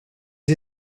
les